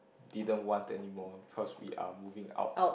didn't want anymore cause we are moving out